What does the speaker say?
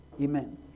Amen